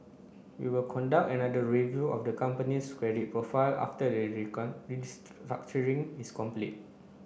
we will conduct another review of the company's credit profile after the restructuring is complete